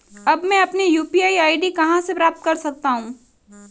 अब मैं अपनी यू.पी.आई आई.डी कहां से प्राप्त कर सकता हूं?